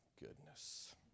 goodness